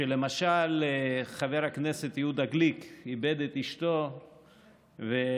למשל כשחבר הכנסת יהודה גליק איבד את אשתו יפי,